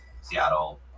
Seattle